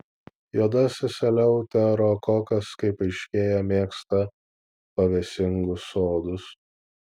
juodasis eleuterokokas kaip aiškėja mėgsta pavėsingus sodus